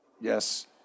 Yes